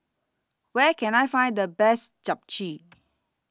Where Can I Find The Best Japchae